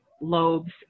lobes